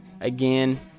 again